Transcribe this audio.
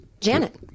Janet